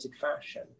fashion